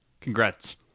congrats